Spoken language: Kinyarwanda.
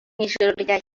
ryakeye